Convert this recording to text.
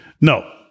No